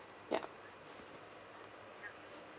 ya